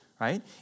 right